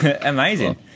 Amazing